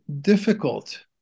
difficult